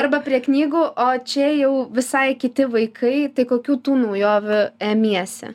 arba prie knygų o čia jau visai kiti vaikai tai kokių tų naujovių emiesi